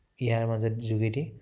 ইয়াৰ মাজত যোগেদি